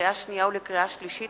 לקריאה שנייה ולקריאה שלישית,